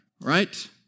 right